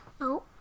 No